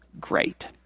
great